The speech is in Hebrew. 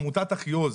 עמותת אחיעוז,